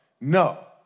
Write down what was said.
no